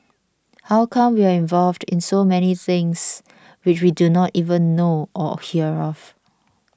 how come we are involved in so many things which we do not even know or hear of